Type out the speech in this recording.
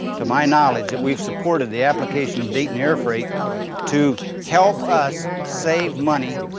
to my knowledge, that we've supported the application of dayton air freight to help us save money,